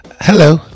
Hello